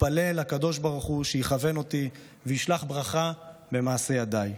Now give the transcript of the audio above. מתפלל לקדוש ברוך הוא שיכוון אותי וישלח ברכה במעשה ידיי,